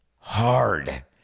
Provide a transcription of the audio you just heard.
hard